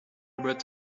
about